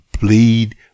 bleed